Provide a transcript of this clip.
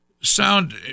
sound